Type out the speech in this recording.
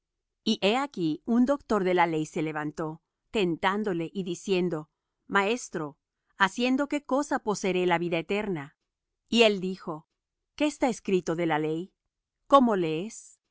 y he aquí un doctor de la ley se levantó tentándole y diciendo maestro haciendo qué cosa poseeré la vida eterna y él dijo qué está escrito de la ley cómo lees